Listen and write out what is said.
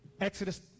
Exodus